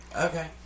okay